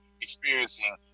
experiencing